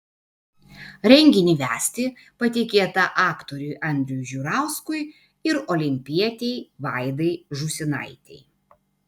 renginį vesti patikėta aktoriui andriui žiurauskui ir olimpietei vaidai žūsinaitei